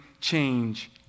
change